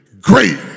great